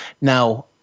Now